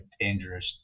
dangerous